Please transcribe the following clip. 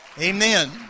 Amen